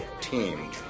team